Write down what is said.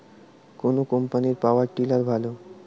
কোন কম্পানির power tiller ভালো?